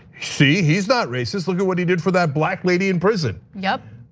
see he's not racist. look at what he did for that black lady in prison. yep.